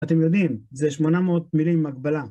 שלום, מה קורה? בינה מלאכותית זה מגניב